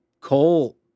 coal